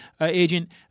agent